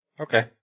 Okay